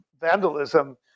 vandalism